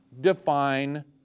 define